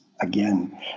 again